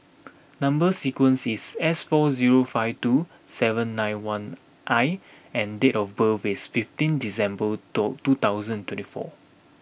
number sequence is S four zero five two seven nine one I and date of birth is fifteen December door two thousand twenty four